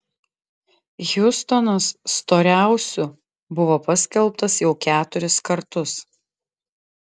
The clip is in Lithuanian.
hjustonas storiausiu buvo paskelbtas jau keturis kartus